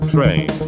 Train